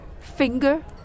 finger